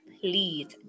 please